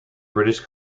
british